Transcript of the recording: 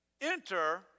Enter